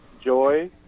joy